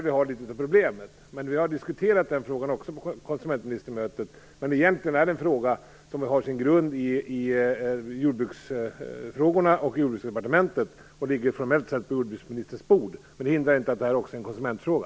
Vi har diskuterat den frågan också på konsumentministermötet. Egentligen är det en fråga som har sin grund i jordbruksfrågorna. Den ligger formellt sett på jordbruksministerns bord. Det hindrar inte att det också är en konsumentfråga.